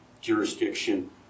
jurisdiction